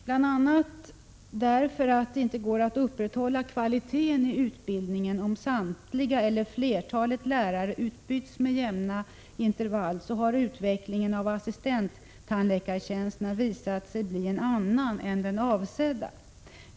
Utvecklingen av assistenttandläkartjänsterna har visat sig bli en annan än den avsedda bl.a. därför att det inte går att upprätthålla kvaliteten i utbildningen om samtliga eller flertalet lärare utbyts med jämna intervall.